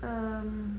um